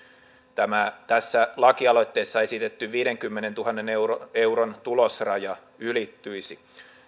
tässä lakialoitteessa esitetty viidenkymmenentuhannen euron euron tulosraja ylittyisi